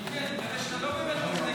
מיקי, אני מקווה שאתה לא באמת מתנגד.